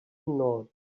nod